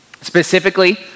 Specifically